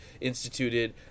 instituted